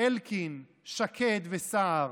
אלקין, שקד וסער.